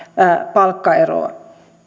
palkkaeroa